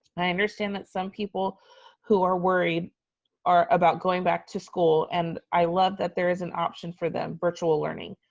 i understand that some people who are worried about going back to school and i love that there is an option for them, virtual learning.